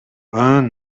ойн